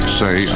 say